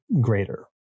greater